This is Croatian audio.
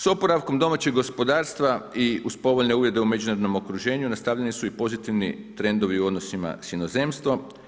S oporavkom domaćeg gospodarstva i uz povoljne uvjete u međunarodnom okruženju nastavljeni su i pozitivni trendovi u odnosima sa inozemstvom.